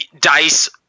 Dice